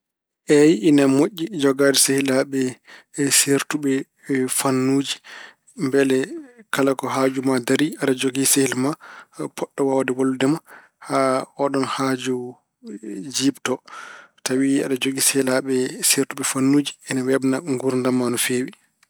Eey, ena moƴƴi jogaade sehilaaɓe seertuɓe fannuuji mbele kala ko haaju ma dari aɗa jogii sehil ma potɗo waawde wallude ma haa ooɗoon haaju jiiɓto. Tawi aɗa jogii sehilaaɓe seertuɓe fannuuji ene weeɓna nguurdam ma no feewi.